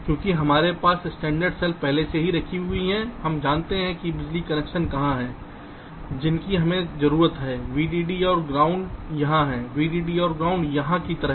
क्योंकि अब हमारे पास स्टैंडर्ड सेल्स पहले से ही रखी हुई हैं हम जानते हैं कि बिजली कनेक्शन कहां हैं जिनकी हमें जरूरत है VDD और ग्राउंड यहाँ VDD और ग्राउंड यहाँ की तरह